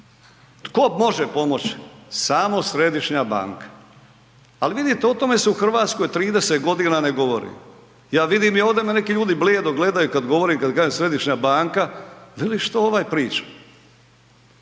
Tko može pomoći? Samo središnja banka, ali vidite o tome se u Hrvatskoj 30 godina ne govori. Ja vidim i ovdje me neki ljudi blijedo gledaju kada govorim kada kažem središnja banka, veli što ovaj priča.